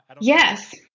Yes